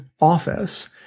office